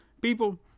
people